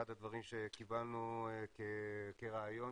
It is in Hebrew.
אחד הדברים שקיבלנו כרעיון,